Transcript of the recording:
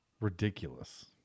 ridiculous